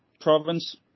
province